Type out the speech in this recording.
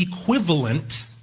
equivalent